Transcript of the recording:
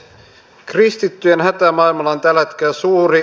kristittyjen hätä maailmalla on tällä hetkellä suuri